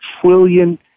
trillion